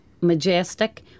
majestic